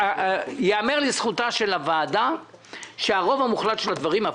יאמר לזכותה של הוועדה שהרוב המוחלט של הדברים עבר.